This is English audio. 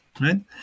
right